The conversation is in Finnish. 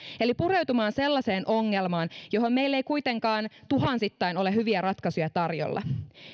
eli pureutumaan sellaiseen ongelmaan johon meillä ei kuitenkaan tuhansittain ole hyviä ratkaisuja tarjolla